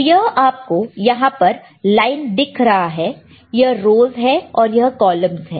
तो यह आपको यहां पर लाइन दिख रहा है यह रोस है और यह कॉलंमस है